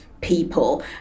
people